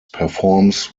performs